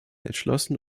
entschlossen